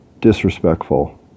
disrespectful